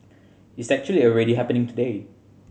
it's actually already happening today